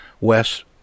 Wes